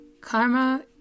Karma